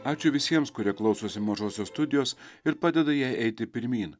ačiū visiems kurie klausosi mažosios studijos ir padeda jai eiti pirmyn